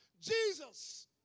Jesus